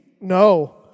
No